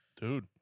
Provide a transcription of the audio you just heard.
Dude